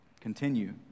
Continue